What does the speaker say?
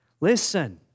Listen